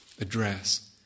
address